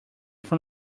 from